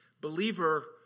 believer